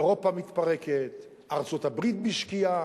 אירופה מתפרקת, ארצות-הברית בשקיעה,